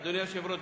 אדוני היושב-ראש,